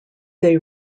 they